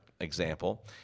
example